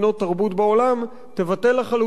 תבטל לחלוטין את המע"מ על ספרים.